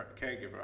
caregiver